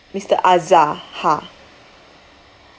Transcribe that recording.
mister azarhar